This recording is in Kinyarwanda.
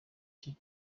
cye